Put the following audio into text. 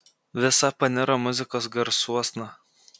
visa paniro muzikos garsuosna